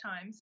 times